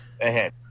ahead